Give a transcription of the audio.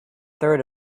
third